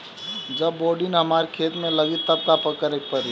जब बोडिन हमारा खेत मे लागी तब का करे परी?